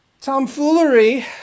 tomfoolery